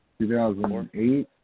2008